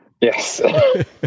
yes